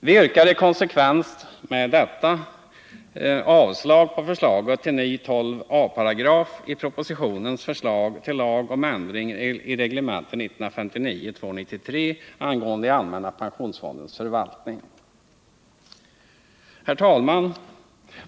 Vi yrkar i konsekvens med detta avslag på förslaget till ny 12a§ i propositionens förslag till lag om ändring i reglementet 1959:293 angående allmänna pensionsfondens förvaltning. Herr talman!